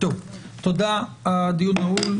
תודה, הדיון נעול.